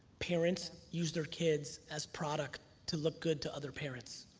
parents use their kids as product to look good to other parents.